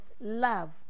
love